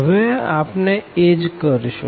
હવે આપણે એજ કરશું